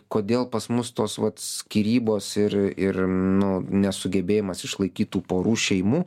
kodėl pas mus tos vat skyrybos ir ir nu nesugebėjimas išlaikyt tų porų šeimų